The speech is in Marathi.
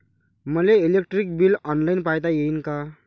मले इलेक्ट्रिक बिल ऑनलाईन पायता येईन का?